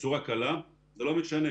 בצורה קלה, זה לא משנה,.